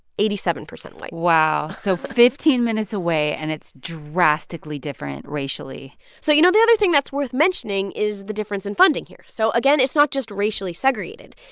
eighty seven percent white wow. so fifteen minutes away, and it's drastically different racially so, you know, the other thing that's worth mentioning is the difference in funding here. so again, it's not just racially segregated.